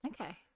Okay